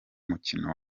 mukino